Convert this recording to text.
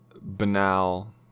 banal